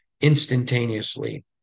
instantaneously